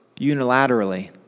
unilaterally